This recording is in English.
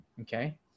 okay